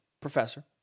professor